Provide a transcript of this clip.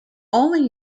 only